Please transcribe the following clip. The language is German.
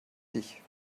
dich